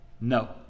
No